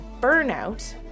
burnout